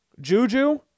Juju